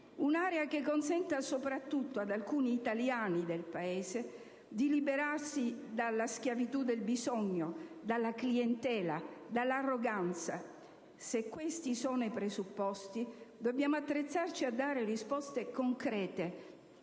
Un'area che consenta, soprattutto ad alcuni italiani del Paese, di liberarsi dalla schiavitù del bisogno, dalla clientela, dall'arroganza. Se questi sono i presupposti, dobbiamo attrezzarci a dare risposte concrete